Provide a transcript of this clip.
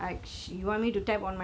ya what is something you like